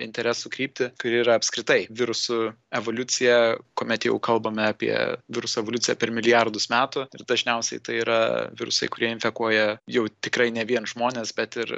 interesų kryptį kuri yra apskritai virusų evoliucija kuomet jau kalbame apie virusų evoliuciją per milijardus metų ir dažniausiai tai yra virusai kurie infekuoja jau tikrai ne vien žmones bet ir